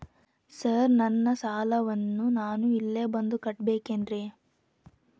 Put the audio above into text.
Sir ನನ್ನ ಸಾಲವನ್ನು ನಾನು ಇಲ್ಲೇ ಬಂದು ಕಟ್ಟಬೇಕೇನ್ರಿ?